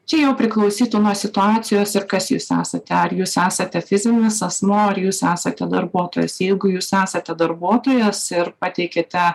čia jau priklausytų nuo situacijos ir kas jūs esate ar jūs esate fizinis asmuo ar jūs esate darbuotojas jeigu jūs esate darbuotojos ir pateikiate